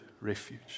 Refuge